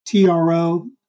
TRO